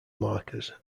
markers